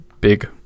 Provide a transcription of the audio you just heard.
big